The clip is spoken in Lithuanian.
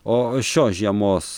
o šios žiemos